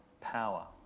power